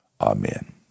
amen